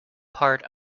part